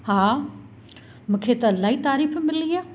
हा मूंखे त इलाही तारीफ़ु मिली आहे